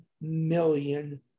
million